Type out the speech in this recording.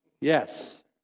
Yes